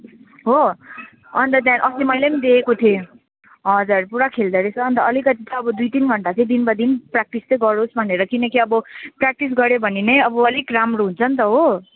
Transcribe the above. हो अन्त त्याहाँदेखि अस्ति मैले पनि देखेको थिएँ हजुर पुरा खेल्दो रहेछ अन्त अलिकति चै आबो दुई तिन घन्टा चाहिँ दिनबदिन प्र्याक्टिस चाहिँ गरोस् भनेर किनकि अब प्राक्टिस गऱ्यो भने नै अब अलिक राम्रो हुन्छ नि त हो